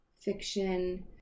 fiction